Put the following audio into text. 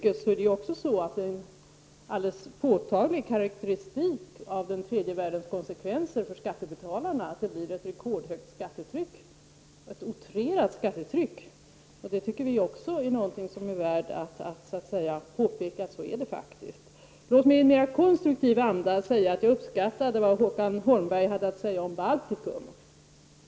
En alldeles påtaglig karakteristik av den tredje vägens konsekvenser för skattebetalarna är ett rekordhögt skattetryck, ett utrerat skattetryck. Det tycker vi också är värt att påpeka. Låt mig i mer konstruktiv anda säga att jag uppskattade vad Håkan Holmberg hade att säga om Baltikum.